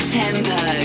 tempo